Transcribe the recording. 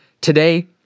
Today